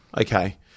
Okay